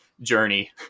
journey